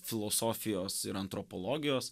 filosofijos ir antropologijos